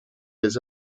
les